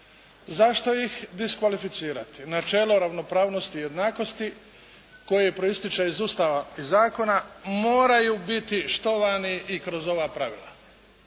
Zašto ih diskvalificirati? Načelo ravnopravnosti i jednakosti koje proističe iz Ustava i zakona moraju biti štovani i kroz ova pravila